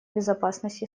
безопасность